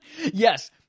Yes